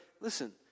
listen